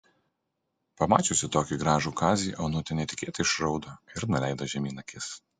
pamačiusi tokį gražų kazį onutė netikėtai išraudo ir nuleido žemyn akis